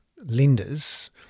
lenders